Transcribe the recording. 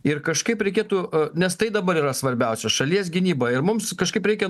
ir kažkaip reikėtų e nes tai dabar yra svarbiausios šalies gynyba ir mums kažkaip reikia